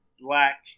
black